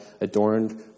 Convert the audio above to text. adorned